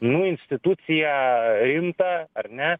nu instituciją rimtą ar ne